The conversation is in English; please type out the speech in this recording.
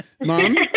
Mom